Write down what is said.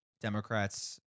Democrats